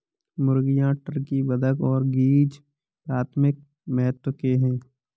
मुर्गियां, टर्की, बत्तख और गीज़ प्राथमिक महत्व के हैं